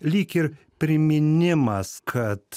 lyg ir priminimas kad